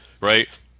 right